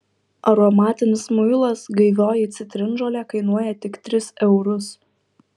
aromatinis muilas gaivioji citrinžolė kainuoja tik tris eurus